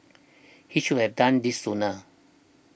he should have done this sooner